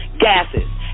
gases